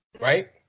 Right